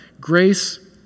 Grace